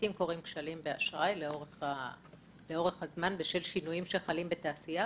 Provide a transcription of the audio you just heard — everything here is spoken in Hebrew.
לעיתים קורים כשלים באשראי בשל שינויים שחלים בתעשייה,